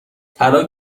طلا